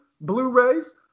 Blu-rays